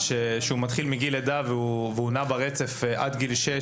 מתחיל מגיל לידה ונע ברצף עד גיל שש,